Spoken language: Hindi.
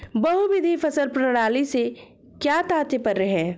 बहुविध फसल प्रणाली से क्या तात्पर्य है?